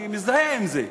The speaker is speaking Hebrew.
אני מזדהה עם זה,